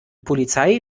polizei